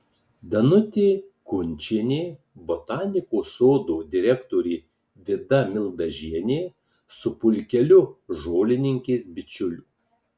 danutė kunčienė botanikos sodo direktorė vida mildažienė su pulkeliu žolininkės bičiulių